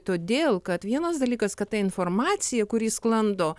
todėl kad vienas dalykas kad ta informacija kuri sklando